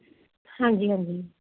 ਹਾਂਜੀ ਹਾਂਜੀ